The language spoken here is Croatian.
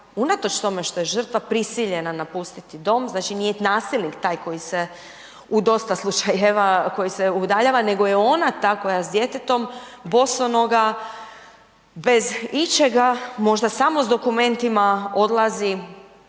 unatoč tome što je žrtva prisiljena napustiti dom. Znači nije nasilnik taj koji se u dosta slučajeva, koji se udaljava, nego je ona ta koja s djetetom, bosonoga, bez ičega, možda smo s dokumentima odlazi